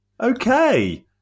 Okay